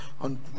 on